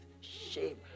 Shame